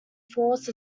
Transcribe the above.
force